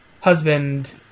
husband